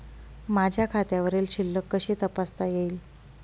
माझ्या खात्यावरील शिल्लक कशी तपासता येईल?